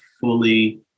fully